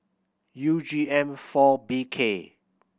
U G M four B K